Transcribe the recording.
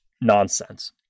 nonsense